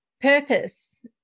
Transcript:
purpose